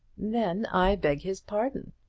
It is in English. then i beg his pardon.